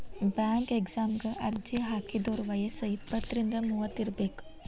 bank ಎಕ್ಸಾಮಗ ಅರ್ಜಿ ಹಾಕಿದೋರ್ ವಯ್ಯಸ್ ಇಪ್ಪತ್ರಿಂದ ಮೂವತ್ ಇರಬೆಕ್